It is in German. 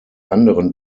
anderen